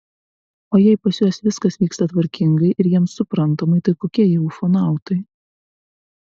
o jei pas juos viskas vyksta tvarkingai ir jiems suprantamai tai kokie jie ufonautai